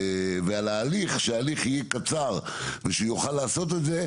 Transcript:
ולגבי ההליך, שההליך יהיה קצר ושיוכל לעשות את זה.